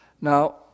Now